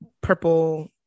purple